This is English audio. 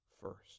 first